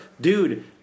Dude